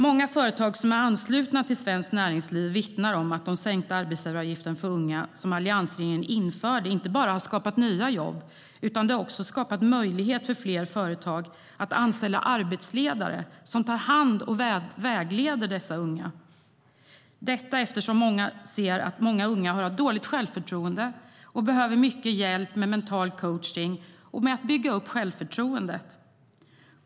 Många företag som är anslutna till Svenskt Näringsliv vittnar om att de sänkta arbetsgivaravgifterna för unga, som alliansregeringen införde, inte bara har skapat nya jobb utan också har skapat möjlighet för fler företag att anställa arbetsledare som tar hand om och vägleder dessa unga, detta eftersom många ser att många unga har dåligt självförtroende och behöver mycket hjälp med mental coachning och med att bygga upp självförtroendet.